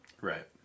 Right